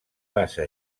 basa